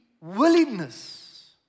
willingness